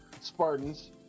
Spartans